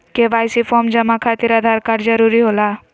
KYC form जमा खातिर Aadhaar card जरूरी होला?